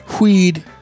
Weed